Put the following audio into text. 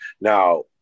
Now